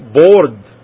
bored